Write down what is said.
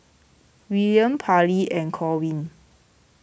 Willaim Parlee and Corwin